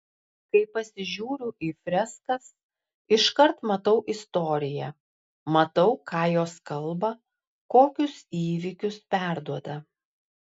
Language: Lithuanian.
kai pasižiūriu į freskas iškart matau istoriją matau ką jos kalba kokius įvykius perduoda